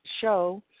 show